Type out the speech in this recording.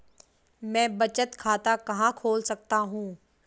मैं बचत खाता कहां खोल सकता हूं?